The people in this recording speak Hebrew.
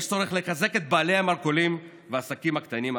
יש צורך לחזק את בעלי המרכולים והעסקים הקטנים האחרים.